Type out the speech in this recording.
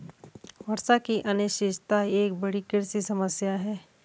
वर्षा की अनिश्चितता एक बड़ी कृषि समस्या है